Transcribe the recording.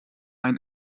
ein